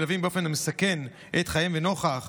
עצירים ומלווים באופן המסכן את חייהם וכן לנוכח